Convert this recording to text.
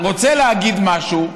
רוצה להגיד משהו,